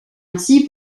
ainsi